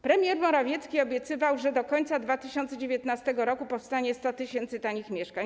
Premier Morawiecki obiecywał, że do końca 2019 r. powstanie 100 tys. tanich mieszkań.